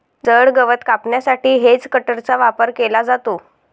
जड गवत कापण्यासाठी हेजकटरचा वापर केला जातो